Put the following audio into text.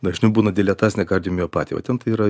dažniau būna diliatacinė kardiomiopatija va ten tai yra